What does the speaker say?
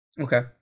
Okay